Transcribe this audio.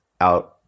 out